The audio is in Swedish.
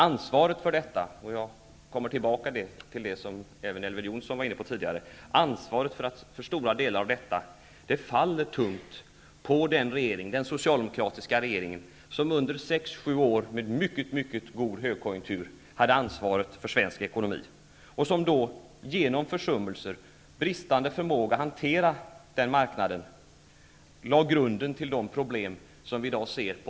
Ansvaret för stora delar av detta -- jag kommer tillbaka till det som även Elver Jonsson var inne på tidigare -- faller tungt på den socialdemokratiska regeringen som under sex sju år med mycket god högkonjunktur hade ansvaret för svensk ekonomi. Genom försummelser och bristande förmåga att hantera marknaden lades på 80-talet grunden till de problem som vi i dag ser.